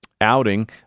outing